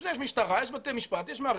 בשביל זה יש משטרה, יש בתי משפט, יש מערכת.